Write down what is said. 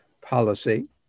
policy